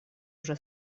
уже